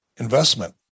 Investment